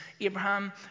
Abraham